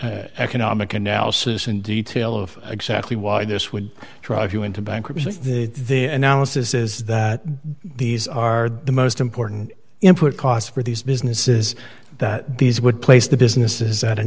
forth economic analysis in detail of exactly why this would drive you into bankruptcy the analysis is that these are the most important input costs for these businesses that these would place the businesses at an